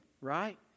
right